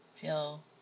feel